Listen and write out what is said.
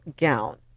gown